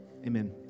Amen